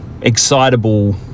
excitable